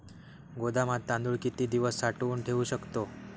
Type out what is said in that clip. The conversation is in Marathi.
गोदामात तांदूळ किती दिवस साठवून ठेवू शकतो?